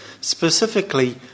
specifically